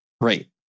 Right